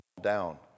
down